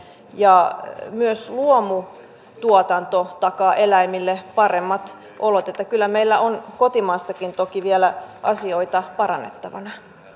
ja myös luomutuotanto takaa eläimille paremmat olot että kyllä meillä on kotimaassakin toki vielä asioita parannettavana